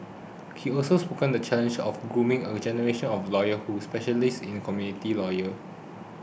he also spoke the challenge of grooming a generation of lawyer who specialise in community lawer